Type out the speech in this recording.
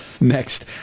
Next